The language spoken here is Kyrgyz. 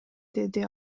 деди